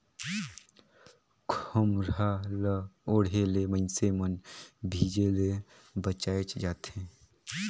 खोम्हरा ल ओढ़े ले मइनसे मन भीजे ले बाएच जाथे